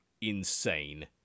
insane